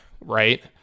right